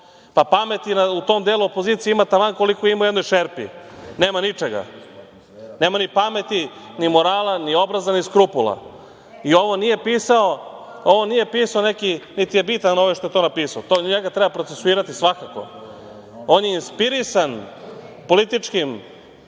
pa pameti u tom delu opozicije ima taman koliko ima u jednoj šerpi. Nema ničega. Nema ni pameti ni morala, ni obraza, ni skrupula. Nije bitan ovaj što je to napisao. Njega treba procesuirati svakako. On je inspirisan političkim,